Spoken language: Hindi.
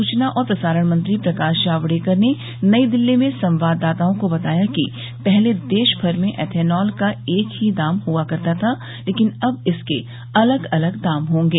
सूचना और प्रसारण मंत्री प्रकाश जावडेकर ने नई दिल्ली में संवाददाताओं को बताया कि पहले देशभर में एथेनॉल का एक ही दाम हुआ करता था लेकिन अब इसके अलग अलग दाम होंगे